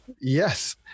Yes